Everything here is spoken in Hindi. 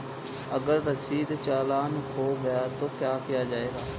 अगर रसीदी चालान खो गया तो क्या किया जाए?